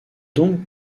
donc